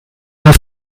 auf